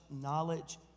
knowledge